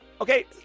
Okay